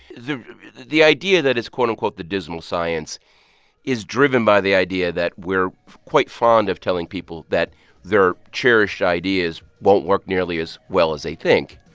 the the idea that it's, quote, unquote, the dismal science is driven by the idea that we're quite fond of telling people that their cherished ideas won't work nearly as well as they think.